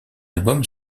album